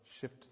shift